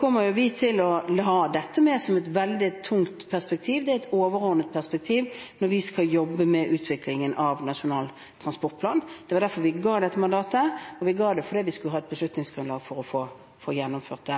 kommer vi til å ha dette med som et veldig tungt perspektiv. Det er et overordnet perspektiv, men vi skal jobbe med utviklingen av Nasjonal transportplan. Det var derfor vi ga dette mandatet. Vi ga det for at vi skulle ha et beslutningsgrunnlag for å få gjennomført det,